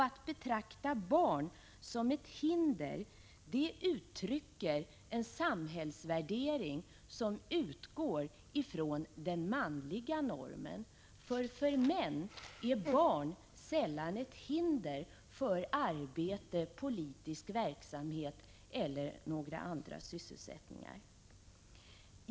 Att betrakta barn som ett hinder uttrycker en samhällsvärdering som utgår från den manliga normen. För män är ju barn sällan ett hinder för arbete, politisk verksamhet eller några andra sysselsättningar.